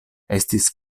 estis